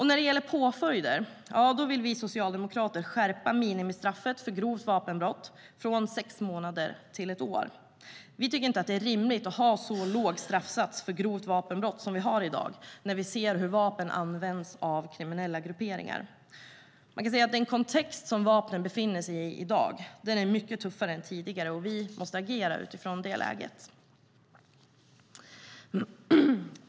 När det gäller påföljder vill vi socialdemokrater skärpa minimistraffet för grovt vapenbrott från sex månader till ett år. Vi tycker inte att det är rimligt att ha så låg straffsats för grovt vapenbrott som vi har i dag när vi ser hur vapen används av kriminella grupperingar. Man kan säga att den kontext som vapnen befinner sig i är mycket tuffare i dag än tidigare, och vi måste agera utifrån det läget.